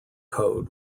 code